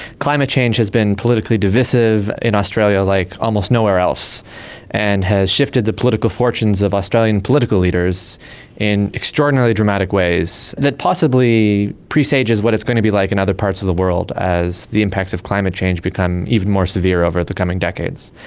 climate change has been politically divisive in australia like almost nowhere else and has shifted the political fortunes of australian political leaders in extraordinarily dramatic ways that possibly pre-stages what it's going to be like in other parts of the world as the impacts of climate change become even more severe over the coming decades.